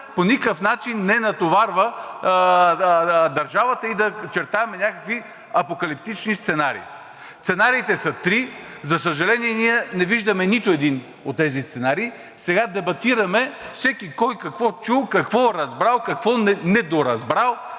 по никакъв начин не натоварва държавата, и да чертаем някакви апокалиптични сценарии. Сценариите са три, за съжаление, ние не виждаме нито един от тези сценарии. Сега дебатираме всеки кой какво чул, какво разбрал, какво недоразбрал.